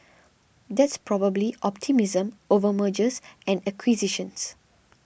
that's probably optimism over mergers and acquisitions